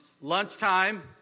lunchtime